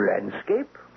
Landscape